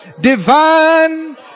divine